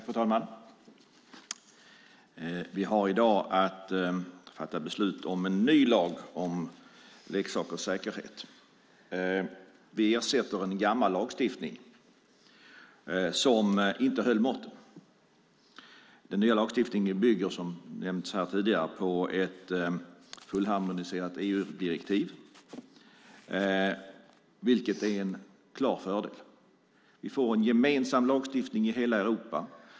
Fru talman! Vi har i dag att fatta beslut om en ny lag om leksakers säkerhet. Vi ersätter en gammal lagstiftning som inte höll måttet. Den nya lagstiftningen bygger, som nämnts här tidigare, på ett fullharmoniserat EU-direktiv, vilket är en klar fördel. Vi får en gemensam lagstiftning i hela Europa.